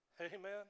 Amen